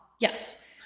Yes